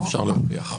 אפשר להוכיח.